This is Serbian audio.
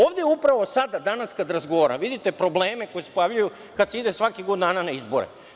Ovde je upravo sada, danas kada razgovaramo, vidite probleme koji se pojavljuju kad se ide svakih godinu dana na izbore.